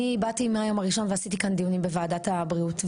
אני באתי מהיום הראשון ועשיתי כאן דיונים בוועדת הבריאות,